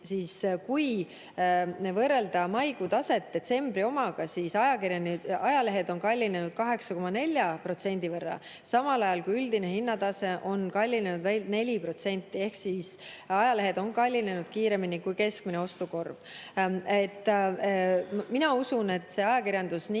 Kui võrrelda maikuu taset detsembri omaga, siis ajalehed on kallinenud 8,4% võrra, samal ajal kui üldine hinnatase on kallinenud 4%. Ehk siis ajalehed on kallinenud kiiremini kui keskmine ostukorv. Mina usun, et ajakirjandus, nii